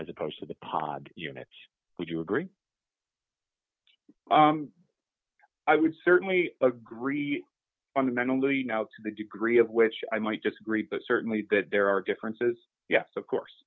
as opposed to the pod units would you agree i would certainly agree fundamentally now to the degree of which i might disagree but certainly there are differences yes of course